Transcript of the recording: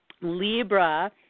Libra